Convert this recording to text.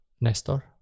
nestor